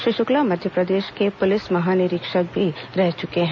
श्री शुक्ला मध्यप्रदेश के पुलिस महानिरीक्षक रह चुके हैं